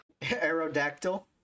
Aerodactyl